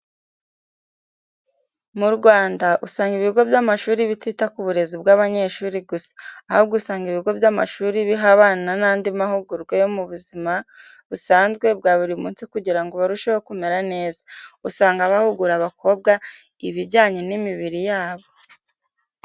Mu Rwanda usanga ibigo by'amashuri bitita ku burezi bw'abanyeshuri gusa, ahubwo usanga ibigo by'amashuri biha abana n'andi mahugurwa yo mu buzima busanzwe bwa buri munsi kugira ngo barusheho kumera neza, usanga bahugura abakobwa ibijyanye n'imibiri yabo.